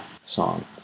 song